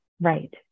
Right